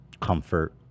comfort